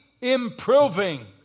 improving